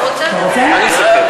הוא רוצה לדבר.